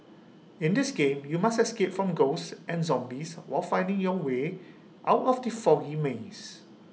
in this game you must escape from ghosts and zombies while finding your way out of the foggy maze